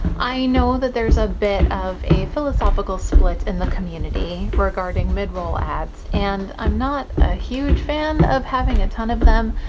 i know there's a bit of a philosophical split in the community regarding mid-roll ads, and i'm not a huge fan of having a ton of them,